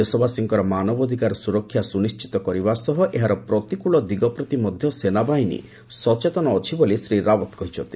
ଦେଶବାସୀଙ୍କର ମାନବଅଧିକାର ସୁରକ୍ଷା ସୁନିଶ୍ଚିତ କରିବା ସହ ଏହାର ପ୍ରତିକୃଳ ଦିଗପ୍ରତି ମଧ୍ୟ ସେନାବାହିନୀ ସଚେତନ ଅଛି ବୋଲି ଶ୍ରୀ ରାଓ୍ୱତ କହିଛନ୍ତି